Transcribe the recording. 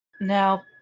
Now